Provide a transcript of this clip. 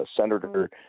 Senator